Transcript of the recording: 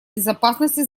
безопасности